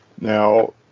Now